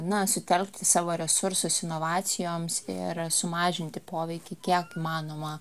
na sutelkti savo resursus inovacijoms ir sumažinti poveikį kiek įmanoma